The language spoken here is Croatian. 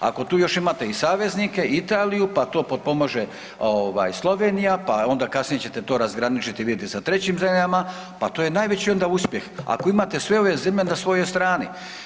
Ako tu još imate i saveznike Italiju, pa to potpomaže ovaj Slovenija, pa onda kasnije ćete to razgraničiti i vidjeti sa trećim zemljama, pa to je najveći onda uspjeh ako imate sve ove zemlje na svojoj strani.